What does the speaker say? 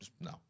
No